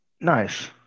Nice